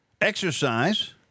Exercise